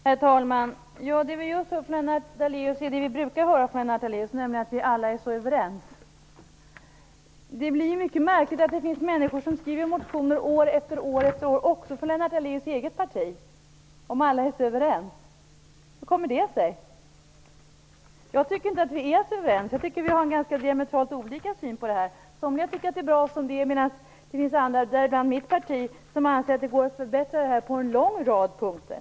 Herr talman! Vi har hört det som vi brukar höra från Lennart Daléus, nämligen att vi alla är så överens. Det är mycket märkligt att det då är många som skriver motioner år efter år - också från Lennart Daléus eget parti - om nu alla är så överens. Hur kommer det sig? Jag tycker inte att vi är så överens. Vi har ganska diametralt olika syn på detta. Somliga tycker att det är bra som det är medan andra - bl.a. i mitt parti - anser att går att åstadkomma förbättringar på en lång rad punkter.